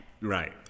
Right